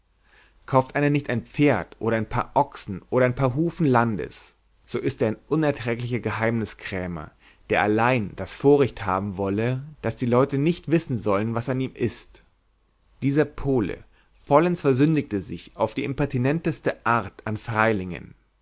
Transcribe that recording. kauft einer nicht ein pferd oder ein paar ochsen oder ein paar hufen landes so ist er ein unerträglicher geheimniskrämer der allein das vorrecht haben wolle daß die leute nicht wissen sollen was an ihm ist dieser pole vollends versündigte sich auf die impertinenteste art an freilingen